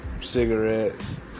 cigarettes